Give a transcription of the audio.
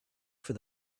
for